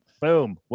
boom